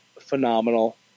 phenomenal